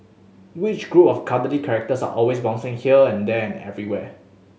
which group of cuddly characters are always bouncing here and there and everywhere